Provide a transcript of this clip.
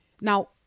Now